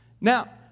Now